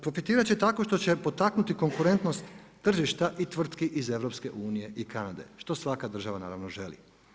Profitirati će tako što će potaknuti konkurentnost tržišta i tvrtki iz EU i Kanade što svaka država naravno želi.